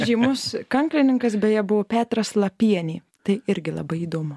žymus kanklininkas beje buvo petras lapienė tai irgi labai įdomu